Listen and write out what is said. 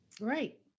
Right